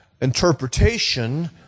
interpretation